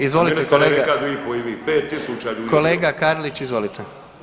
Izvolite kolega… [[Upadica iz klupe se ne razumije]] Kolega Karlić, izvolite.